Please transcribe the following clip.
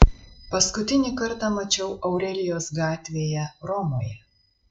paskutinį kartą mačiau aurelijos gatvėje romoje